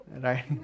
right